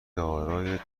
دارای